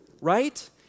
right